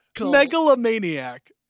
Megalomaniac